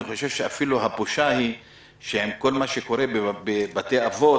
אני חושב שהבושה היא גם עם כל מה שקורה בבתי אבות,